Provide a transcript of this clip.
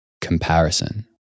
Comparison